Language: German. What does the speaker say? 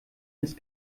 ist